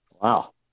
Wow